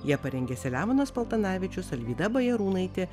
ją parengė selemonas paltanavičius alvyda bajarūnaitė